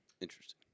Interesting